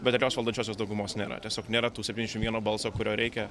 bet tokios valdančiosios daugumos nėra tiesiog nėra tų septyniasdešimt vieno balso kurio reikia